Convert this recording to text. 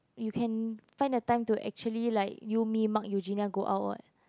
you can find a time to actually like you me Mark Euginia go out [what]